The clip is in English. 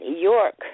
York